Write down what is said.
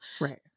Right